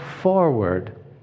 forward